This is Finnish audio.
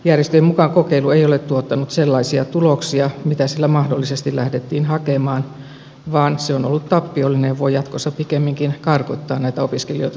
järjestöjen mukaan kokeilu ei ole tuottanut sellaisia tuloksia mitä sillä mahdollisesti lähdettiin hakemaan vaan se on ollut tappiollinen ja voi jatkossa pikemminkin karkottaa näitä opiskelijoita suomesta